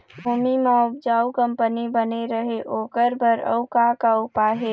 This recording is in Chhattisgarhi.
भूमि म उपजाऊ कंपनी बने रहे ओकर बर अउ का का उपाय हे?